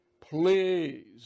please